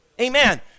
amen